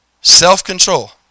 self-control